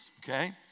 okay